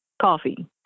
Coffee